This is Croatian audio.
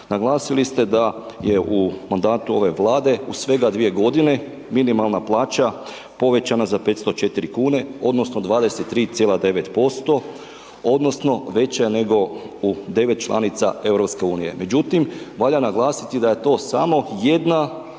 naglasili ste da je u mandatu ove vlade u svega 2 g. minimalna plaća povećana za 504 kn, odnosno, 23,9% odnosno, veća je nego u 9 članica EU. Međutim, valja naglasiti da je to samo jedna